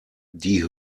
die